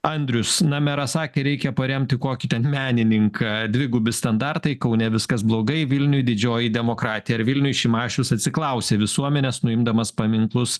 andrius na meras sakė reikia paremti kokį ten menininką dvigubi standartai kaune viskas blogai vilniuj didžioji demokratija ar vilniuj šimašius atsiklausė visuomenės nuimdamas paminklus